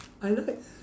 I love it